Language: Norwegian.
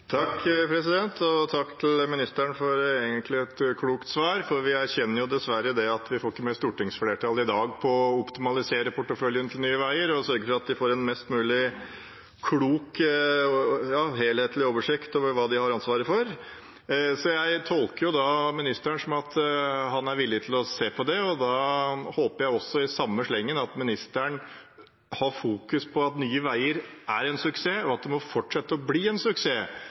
Takk til ministeren for et klokt svar. Vi erkjenner dessverre at vi i dag ikke får med oss stortingsflertallet på å optimalisere porteføljen til Nye Veier og sørge for at de får en mest mulig klok og helhetlig oversikt over hva de har ansvaret for. Jeg tolker da ministeren som at han er villig til å se på det, og da håper jeg også at han i samme slengen fokuserer på at Nye Veier er en suksess, og at det må fortsette å være en suksess.